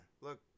Look